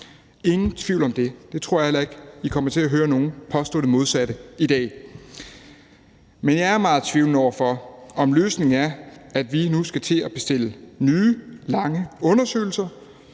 ingen tvivl om det. Jeg tror heller ikke, I kommer til at høre nogen påstå det modsatte i dag. Men jeg er meget tvivlende over for, at løsningen er, at vi nu skal til at bestille nye, langvarige undersøgelser,